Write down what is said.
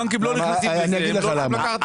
הם לא נכנסים לזה,